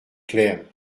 claire